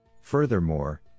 Furthermore